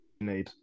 need